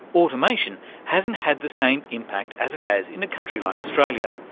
automation hasn't had the same impact as it has in a country like australia.